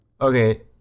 Okay